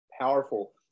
powerful